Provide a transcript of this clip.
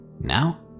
Now